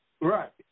Right